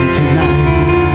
tonight